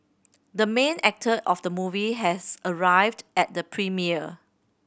the main actor of the movie has arrived at the premiere